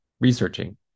researching